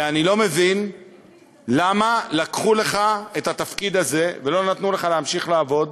ואני לא מבין למה לקחו לך את התפקיד הזה ולא נתנו לך להמשיך לעבוד.